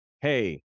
hey